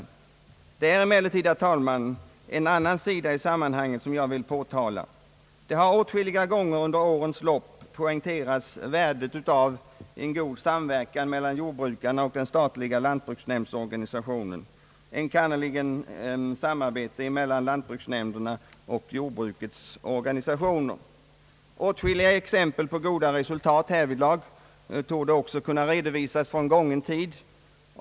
Det är emellertid, herr talman, en annan sida i sammanhanget jag vill påtala. Åtskilliga gånger under årens lopp har poängterats värdet av en god samverkan mellan jordbrukarna och den statliga lantbruksnämndsorganisationen, enkannerligen samarbete mellan lantbruksnämnderna och jordbrukets organisationer. Åtskilliga exempel på goda resultat härvidlag torde också kunna redovisas från gången tid.